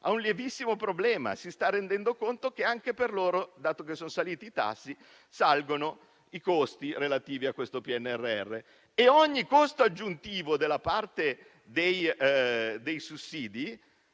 ha un lievissimo problema: si sta rendendo conto che, anche per loro, dato che sono saliti i tassi, salgono i costi relativi a questo PNRR. Ogni costo aggiuntivo della parte dei sussidi